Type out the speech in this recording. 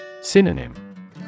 Synonym